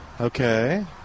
Okay